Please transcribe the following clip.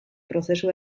prozesu